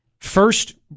first